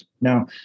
Now